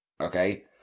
okay